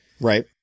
Right